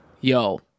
Yo